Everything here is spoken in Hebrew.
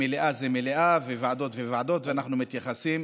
מליאה זה מליאה וועדות זה ועדות, ואנחנו מתייחסים